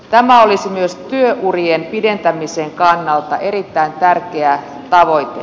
tämä olisi myös työurien pidentämisen kannalta erittäin tärkeä tavoite